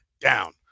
down